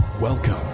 Welcome